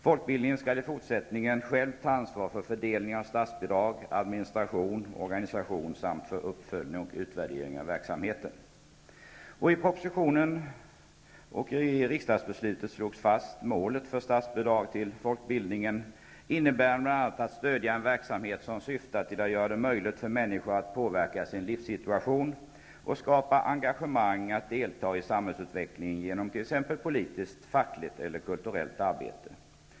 Folkbildningen skall i fortsättningen själv ta ansvar för fördelning av statsbidrag, administration och organisation samt för uppföljning och utvärdering av verksamheten. I propositionen slogs fast målet för statsbidrag till folkbildningen, innebärande bl.a. stöd till en verksamhet som syftar till att göra det möjligt för människor att påverka sin livssituation och skapa engagemang att delta i samhällsutvecklingen genom t.ex. politiskt, fackligt eller kulturellt arbete.